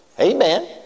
Amen